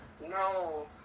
no